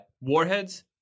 warheads